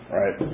right